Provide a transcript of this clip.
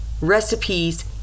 recipes